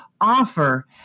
offer